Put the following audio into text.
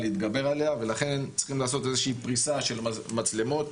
להתגבר עליה ולכן צריכים לעשות איזו שהיא פריסה של מצלמות